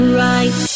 right